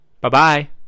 Bye-bye